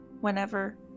whenever